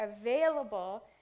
available